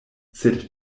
sed